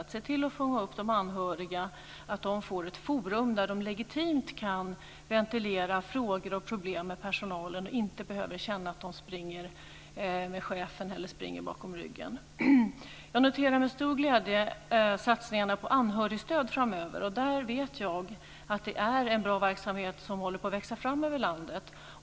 Det gäller att fånga upp de anhöriga och att de får ett forum där de legitimt kan ventilera frågor och problem med personalen utan att behöva känna att de springer med chefen eller springer bakom ryggen. Jag noterar med stor glädje satsningarna på anhörigstöd framöver. Där vet jag att det är en bra verksamhet som håller på att växa fram över landet.